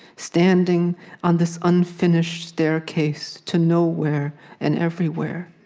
standing on this unfinished staircase to nowhere and everywhere,